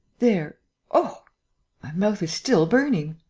there oh my mouth is still burning.